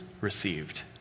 received